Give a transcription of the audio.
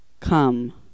Come